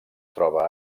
troba